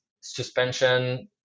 suspension